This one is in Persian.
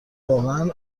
واقعا